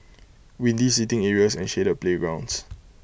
windy seating areas and shaded playgrounds